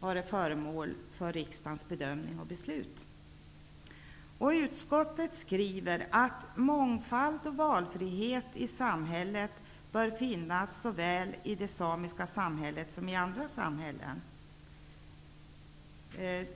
varit föremål för riksdagens bedömning och beslut. Utskottet skriver att mångfald och valfrihet bör finnas såväl i det samiska samhället som i andra samhällen.